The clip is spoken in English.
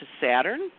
Saturn